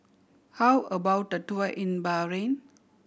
how about a tour in Bahrain